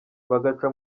bagaca